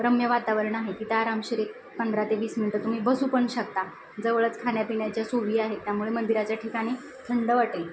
रम्य वातावरण आहे तिथं आरामशीर एक पंधरा ते वीस मिनिटं तुम्ही बसू पण शकता जवळच खाण्यापिण्याच्या सोयी आहेत त्यामुळे मंदिराच्या ठिकाणी थंड वाटेल